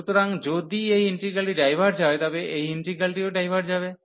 সুতরাং যদি এই ইন্টিগ্রালটি ডাইভার্জ হয় তবে এই ইন্টিগ্রালটিও ডাইভার্জ হবে